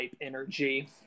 energy